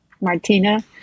Martina